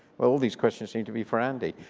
well all these questions seem to be for andy.